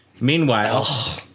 meanwhile